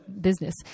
business